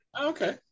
Okay